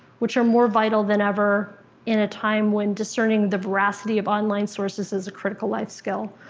which are more vital than ever in a time when discerning the voracity of online sources is a critical life skill.